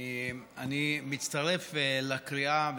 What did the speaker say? אני מצטרף לקריאה,